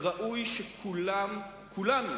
וראוי שכולם, כולנו